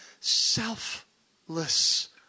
selfless